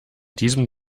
diesem